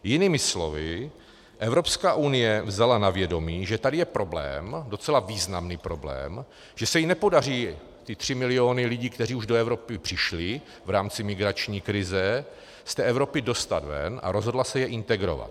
Jinými slovy, Evropská unie vzala na vědomí, že tady je problém, docela významný problém, že se jí nepodaří ty tři miliony lidí, kteří už do Evropy přišli v rámci migrační krize, z té Evropy dostat ven, a rozhodla se je integrovat.